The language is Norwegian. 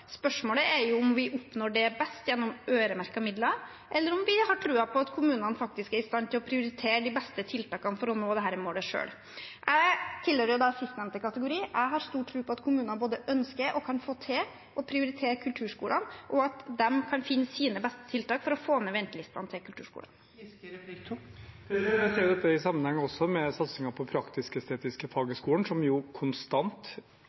Spørsmålet er om vi oppnår det best gjennom øremerkede midler, eller om vi har troen på at kommunene faktisk er i stand til å prioritere de beste tiltakene for å nå dette målet selv. Jeg tilhører sistnevnte kategori. Jeg har stor tro på at kommunene både ønsker og kan få til å prioritere kulturskolene, og at de kan finne sine beste tiltak for å få ned ventelistene til kulturskolen. Jeg ser dette i sammenheng også med satsingen på praktisk-estetiske fag i skolen, som jo konstant